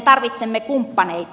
tarvitsemme kumppaneita